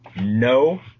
No